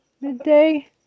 midday